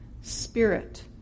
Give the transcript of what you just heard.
spirit